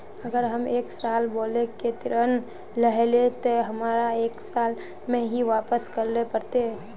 अगर हम एक साल बोल के ऋण लालिये ते हमरा एक साल में ही वापस करले पड़ते?